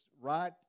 right